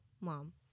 mom